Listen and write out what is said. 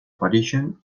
parisen